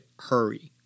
hurry